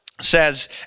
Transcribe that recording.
Says